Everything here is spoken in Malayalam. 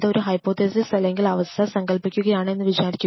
ഒരു ഹൈപോതെസിസ് അല്ലെങ്കിൽ അവസ്ഥ സങ്കൽപ്പിക്കുകയാണ് എന്ന് വിചാരിക്കുക